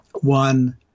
One